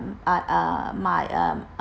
uh uh my um